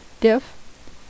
Diff